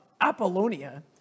Apollonia